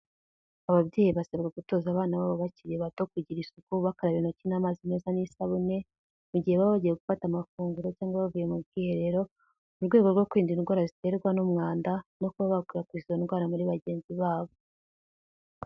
Ababyeyi basabwa gutoza abana babo bakiri bato kugira isuku bakaraba intoki n'amazi meza n'isabune, mu gihe baba bagiye gufata amafunguro, cyangwa bavuye mu bwiherero, mu rwego rwo kwirinda indwara ziterwa n'umwanda, no kuba bakwirakwiza izo ndwara muri bagenzi babo.